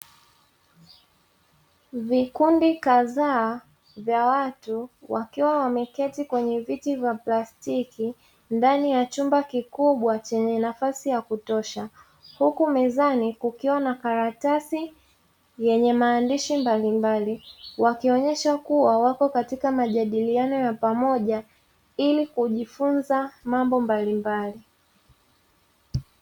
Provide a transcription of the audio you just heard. Vikundi kadhaa vya watu wakiwa wameketi kwenye viti vya plastiki; ndani ya chumba kikubwa chenye nafasi ya kutosha, huku mezani kukiwa na karatasi yenye maandishi mbalimbali, wakionyesha kuwa wako katika majadiliano ya pamoja ili kujifunza mambo mbalimbali.